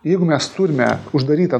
jeigu mes turime uždarytą